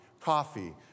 coffee